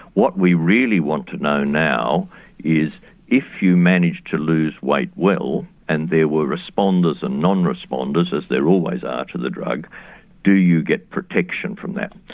what we really want to know now is if you manage to lose weight well and there were responders and non-responders as there always are to the drug do you get protection from that?